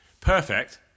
Perfect